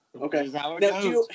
Okay